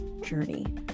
journey